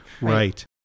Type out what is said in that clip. Right